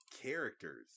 Characters